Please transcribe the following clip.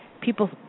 people